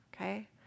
okay